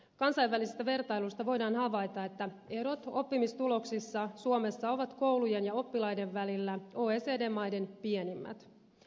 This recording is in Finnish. kansainvälisestä vertailusta voidaan havaita että erot oppimistuloksissa suomessa ovat koulujen ja oppilaiden välillä oecd maiden pienimmät